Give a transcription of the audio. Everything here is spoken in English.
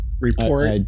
report